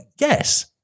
yes